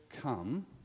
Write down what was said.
come